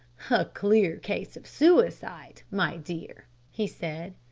a clear case of suicide, my dear, he said.